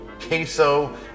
queso